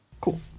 Cool